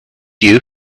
you